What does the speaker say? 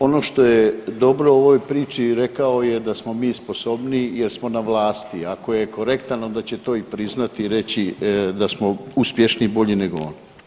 Ono što je dobro u ovoj priči rekao je da smo mi sposobniji jer smo na vlasti, ako je korektan onda će to i priznati i reći da smo uspješniji i bolji nego on.